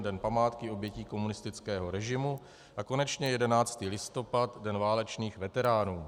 Den památky obětí komunistického režimu, a konečně 11. listopad Den válečných veteránů.